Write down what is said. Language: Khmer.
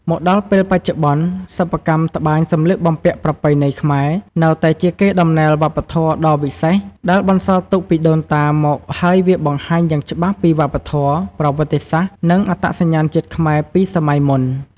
មកដល់ពេលបច្ចុប្បន្ន សិប្បកម្មត្បាញសម្លៀកបំពាក់ប្រពៃណីខ្មែរ នៅតែជាកេរដំណែលវប្បធម៌ដ៏វិសេសដែលបន្សល់ទុកពីដូនតាមកហើយវាបង្ហាញយ៉ាងច្បាស់ពីវប្បធម៌ ប្រវត្តិសាស្ត្រ និងអត្តសញ្ញាណជាតិខ្មែរពីសម័យមុន។